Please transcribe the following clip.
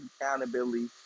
accountability